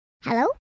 Hello